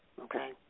okay